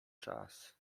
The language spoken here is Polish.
czas